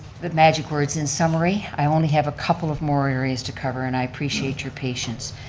the magic words, in summary, i only have a couple of more areas to cover and i appreciate your patience.